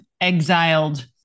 exiled